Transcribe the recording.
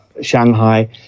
Shanghai